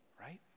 Right